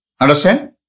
Understand